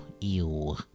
Ew